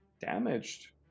damaged